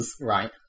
Right